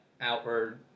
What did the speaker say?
outward